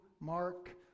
Mark